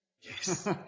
yes